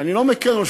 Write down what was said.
ואני לא מקל ראש,